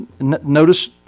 Notice